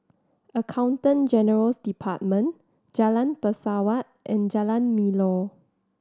Accountant General's Department Jalan Pesawat and Jalan Melor